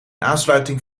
aansluiting